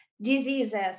Diseases